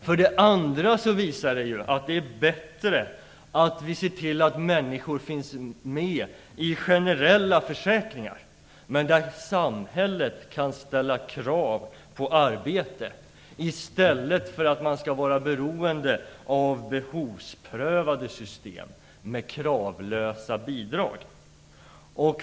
För det andra visar det att det är bättre att vi ser till att människor finns med i generella försäkringar, men där samhället kan ställa krav på arbete, i stället för att de skall vara beroende av behovsprövade system med kravlösa bidrag.